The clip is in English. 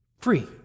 free